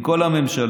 עם כל הממשלה,